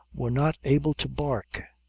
were not able to bark,